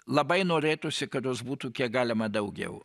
labai norėtųsi kad jos būtų kiek galima daugiau